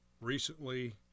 recently